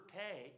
pay